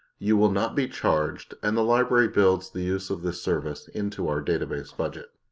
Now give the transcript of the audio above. you will not be charged and the library builds the use of this service into our database budget.